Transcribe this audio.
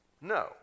No